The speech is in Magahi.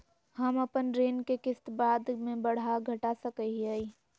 हम अपन ऋण के किस्त बाद में बढ़ा घटा सकई हियइ?